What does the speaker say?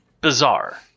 bizarre